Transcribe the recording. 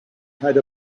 had